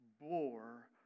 bore